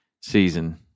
season